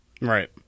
Right